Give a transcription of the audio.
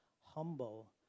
humble